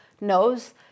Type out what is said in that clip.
knows